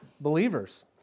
believers